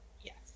Yes